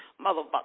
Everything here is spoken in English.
Motherfucker